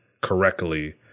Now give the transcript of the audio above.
correctly